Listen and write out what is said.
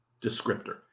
descriptor